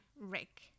Rick